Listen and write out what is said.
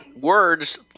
words